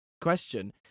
question